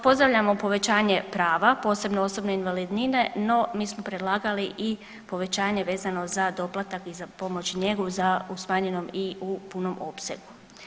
Pozdravljamo povećanje prava posebno osobne invalidnine no mi smo predlagali i povećanje vezano za doplatak i za pomoć i njegu za u smanjenom i u punom opsegu.